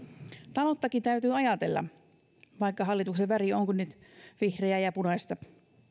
talouttakin täytyy ajatella vaikka hallituksen väri onkin nyt vihreää ja punaista